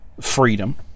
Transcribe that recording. freedom